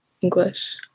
English